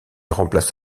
remplace